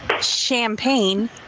champagne